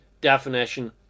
definition